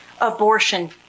abortion